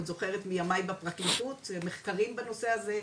אני עוד זוכרת מימי בפרקליטות מחקרים בנושא הזה,